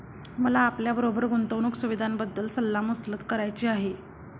मला आपल्याबरोबर गुंतवणुक सुविधांबद्दल सल्ला मसलत करायची आहे